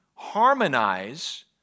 Harmonize